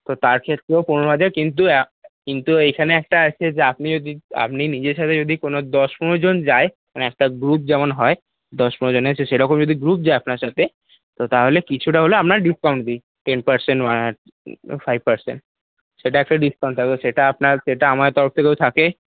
তো তার ক্ষেত্রেও পনেরো হাজার কিন্তু কিন্তু এইখানে একটা আছে যে আপনি যদি আপনি নিজের সাথে যদি কোনও দশ পনেরো জন যায় মানে একটা গ্রুপ যেমন হয় দশ পনেরো জনের সে সেরকম যদি গ্রুপ যায় আপনার সাথে তো তাহলে কিছুটা হলেও আমরা ডিসকাউন্ট দিই টেন পার্সেন্ট ফাইভ পার্সেন্ট সেটা একটা ডিসকাউন্ট হয় সেটা আপনার সেটা আমাদের তরফ থেকেও থাকে